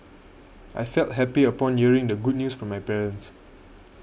I felt happy upon hearing the good news from my parents